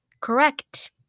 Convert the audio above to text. correct